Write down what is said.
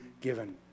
given